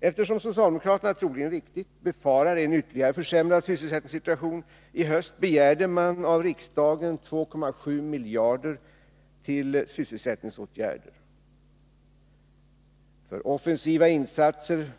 Eftersom socialdemokraterna troligen helt riktigt befarar en ytterligare försämrad sysselsättningssituation i höst begärde man av riksdagen 2,7 miljarder till sysselsättningsåtgärder. För offensiva insatser